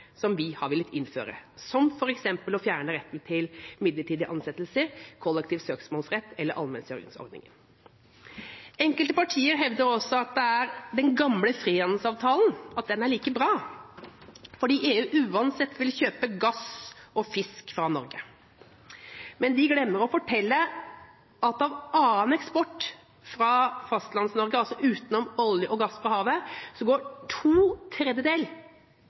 som vi har villet innføre, som f.eks. å fjerne retten til midlertidige ansettelser, kollektiv søksmålsrett eller allmenngjøringsordningen. Enkelte partier hevder også at den gamle frihandelsavtalen er like bra fordi EU uansett vil kjøpe gass og fisk fra Norge. Men de glemmer å fortelle at av annen eksport fra Fastlands-Norge, altså utenom olje og gass fra havet, går to